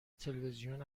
تلویزیون